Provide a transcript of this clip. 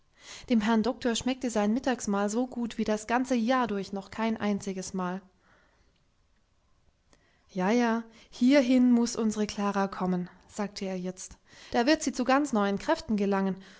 dem herrn doktor schmeckte sein mittagsmahl so gut wie das ganze jahr durch noch kein einziges mal ja ja hierhin muß unsere klara kommen sagte er jetzt da wird sie zu ganz neuen kräften gelangen